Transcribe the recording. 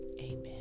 Amen